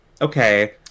okay